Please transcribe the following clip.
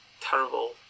terrible